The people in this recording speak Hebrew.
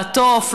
לעטוף,